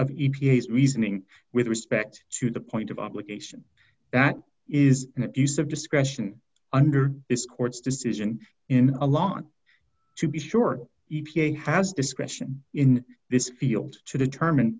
s reasoning with respect to the point of obligation that is an abuse of discretion under this court's decision in a lot to be sure e p a has discretion in this field to determine